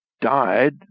died